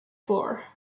floor